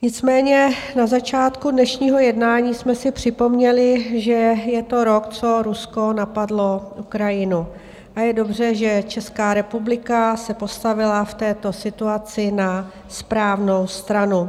Nicméně na začátku dnešního jednání jsme si připomněli, že je to rok, co Rusko napadlo Ukrajinu, a je dobře, že Česká republika se postavila v této situaci na správnou stranu.